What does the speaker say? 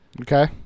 Okay